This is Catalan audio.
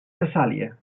tessàlia